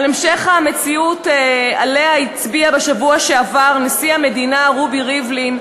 על המשך המציאות שעליה הצביע בשבוע שעבר נשיא המדינה רובי ריבלין,